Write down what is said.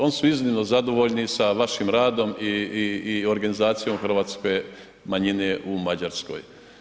Oni su iznimno zadovoljni sa vašim radom i organizacijom hrvatske manjine u Mađarskoj.